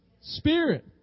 Spirit